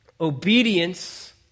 Obedience